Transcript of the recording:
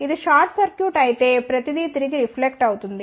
ఇది short circuit అయితే ప్రతీదీ తిరిగి రిఫ్లెక్ట్ అవుతుంది